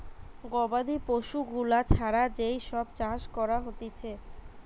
গবাদি পশু গুলা ছাড়া যেই সব চাষ করা হতিছে